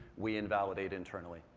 we invalidate internally.